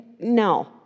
no